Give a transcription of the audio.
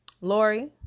Lori